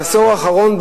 בעשור האחרון,